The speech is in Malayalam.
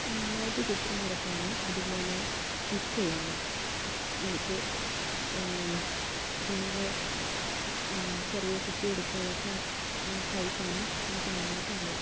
നന്നായിട്ട് ചിത്രം വരയ്ക്കാനും അതുപോലെ സ്റ്റിച്ചെയ്യാനും എനിക്ക് തുണികൾ ചെറിയ കുട്ടി ഉടുപ്പുകളൊക്കെ തൈക്കാനും എനിക്ക് നന്നായിട്ടറിയാം